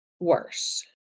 Worse